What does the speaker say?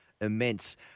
immense